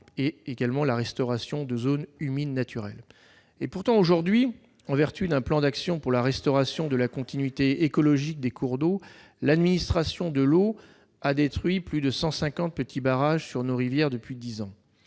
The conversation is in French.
ruissellement, restauration de zones humides naturelles. Pourtant, aujourd'hui, en vertu d'un plan d'actions pour la restauration de la continuité écologique des cours d'eau, l'administration de l'eau a détruit plus de 150 petits barrages sur nos rivières depuis dix ans.